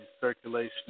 circulation